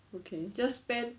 you can just